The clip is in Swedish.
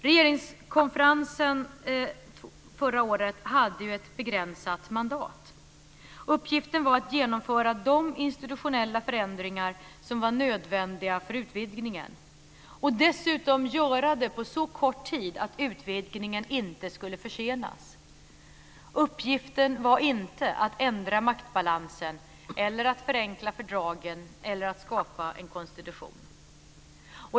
Regeringskonferensen förra året hade ett begränsat mandat. Uppgiften var att genomföra de institutionella förändringar som var nödvändiga för utvidgningen. Dessutom skulle de göras på så kort tid att utvidgningen inte skulle försenas. Uppgiften var inte att ändra maktbalansen, att förenkla fördragen eller att skapa en konstitution.